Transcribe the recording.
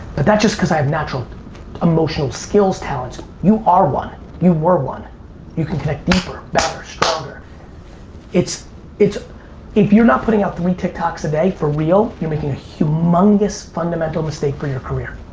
but that's just cuz i have natural emotional skills talents you are one you were you can connect deeper better stronger it's it's if you're not putting out three tic tocs a day for real you're making a humungous fundamental mistake for your career